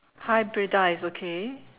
hybrida is okay